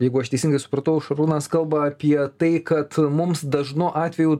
jeigu aš teisingai supratau šarūnas kalba apie tai kad mums dažnu atveju